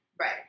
Right